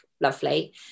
lovely